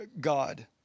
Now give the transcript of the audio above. God